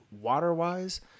water-wise